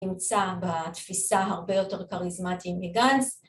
‫נמצא בתפיסה הרבה יותר ‫כריזמטי מגנץ.